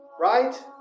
Right